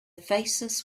faces